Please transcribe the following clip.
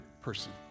person